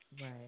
Right